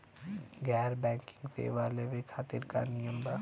गैर बैंकिंग सेवा लेवे खातिर का नियम बा?